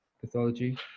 pathology